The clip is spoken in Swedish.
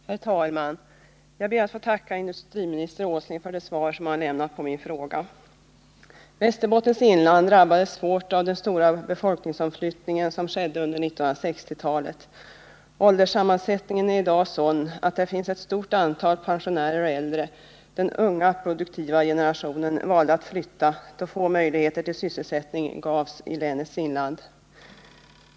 Herr talman! Jag ber att få tacka industriminister Åsling för det svar han lämnat på min fråga. Västerbottens inland drabbades svårt av den stora befolkningsomflyttning som skedde under 1960-talet. Ålderssammansättningen är i dag sådan att där finns ett stort antal pensionärer och äldre. Den unga produktiva generationen valde att flytta, då få möjligheter till sysselsättning gavs i länets inland.